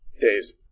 days